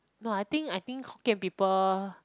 no I think I think hokkien people